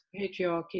patriarchy